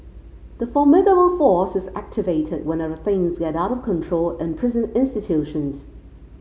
the formidable force is activated whenever things get out of control in prison institutions